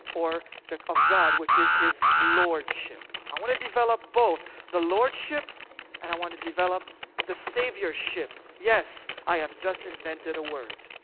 or of god, which is his lordship. i want to develop both the lordship and i want to develop the saviourship. yes, i have just invented a word.